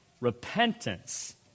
repentance